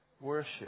worship